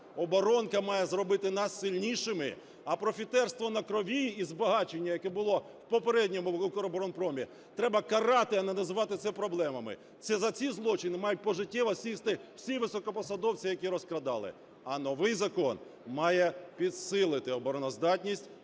оборонка має зробити нас сильнішими. А профітерство на крові і збагачення, яке було в попередньому Укроборонпромі, треба карати, а не називати це проблемами. Це за ці злочини мають пожиттєво сісти всі високопосадовці, які розкрадали. А новий закон має підсилити обороноздатність